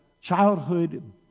childhood